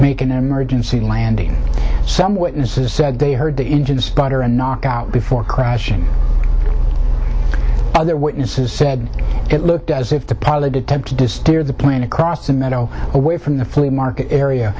make an emergency landing some witnesses said they heard the engine sputter a knockout before crashing other witnesses said it looked as if the pilot attempt to destroy the plane across the meadow away from the flea market area